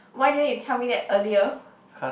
why didn't you tell me that earlier